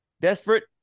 Desperate